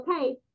okay